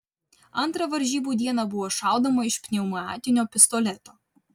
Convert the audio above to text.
antrą varžybų dieną buvo šaudoma iš pneumatinio pistoleto